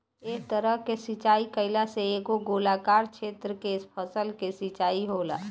एह तरह के सिचाई कईला से एगो गोलाकार क्षेत्र के फसल के सिंचाई होला